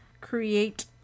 Create